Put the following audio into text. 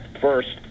First